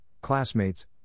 classmates